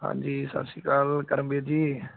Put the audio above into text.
ਹਾਂਜੀ ਸਤਿ ਸ਼੍ਰੀ ਅਕਾਲ ਕਰਮਵੀਰ ਜੀ